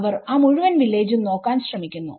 അവർ ആ മുഴുവൻ വില്ലേജും നോക്കാൻ ശ്രമിക്കുന്നു